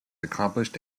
accomplished